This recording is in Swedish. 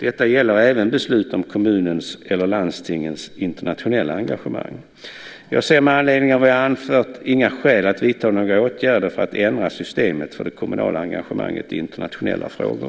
Detta gäller även beslut om kommunens eller landstingens internationella engagemang. Jag ser med anledning av vad jag anfört inga skäl att vidta några åtgärder för att ändra systemet för det kommunala engagemanget i internationella frågor.